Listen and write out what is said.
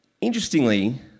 Interestingly